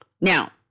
now